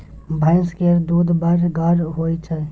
भैंस केर दूध बड़ गाढ़ होइ छै